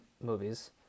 movies